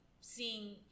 seeing